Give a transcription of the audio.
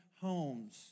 homes